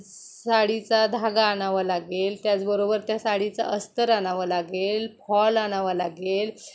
साडीचा धागा आणावा लागेल त्याचबरोबर त्या साडीचा अस्तर आणावं लागेल फॉल आणावा लागेल